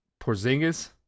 Porzingis